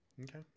Okay